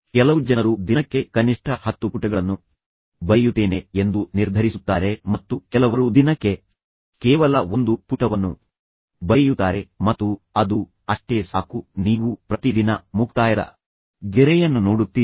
ಕೆಲವು ಜನರು ದಿನಕ್ಕೆ ಕನಿಷ್ಠ 10 ಪುಟಗಳನ್ನು ಬರೆಯುತ್ತೇನೆ ಎಂದು ನಿರ್ಧರಿಸುತ್ತಾರೆ ಮತ್ತು ಕೆಲವರು ದಿನಕ್ಕೆ ಕೇವಲ 1 ಪುಟವನ್ನು ಬರೆಯುತ್ತಾರೆ ಮತ್ತು ಅದು ಅಷ್ಟೇ ಸಾಕು ನೀವು ಪ್ರತಿ ದಿನ ಮುಕ್ತಾಯದ ಗೆರೆಯನ್ನು ನೋಡುತ್ತೀರಿ